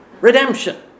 Redemption